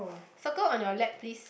circle on your lap please